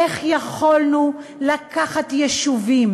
איך יכולנו לקחת יישובים